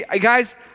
guys